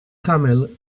camel